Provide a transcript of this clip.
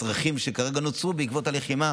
הצרכים שכרגע נוצרו בעקבות הלחימה,